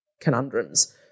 conundrums